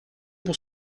pour